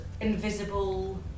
Invisible